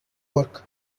work